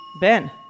Ben